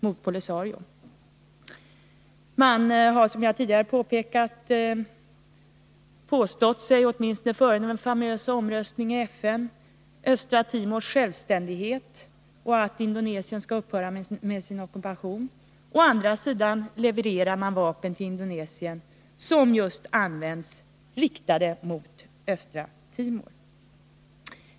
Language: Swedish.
Man har å ena sidan, som jag tidigare påpekat, påstått sig — åtminstone före den famösa omröstningen i FN — stödja Östra Timors självständighet och vara positiv till att Indonesien skall upphöra med sin ockupation. Å andra sidan levererar man vapen till Indonesien som använts riktade mot Östra Timor.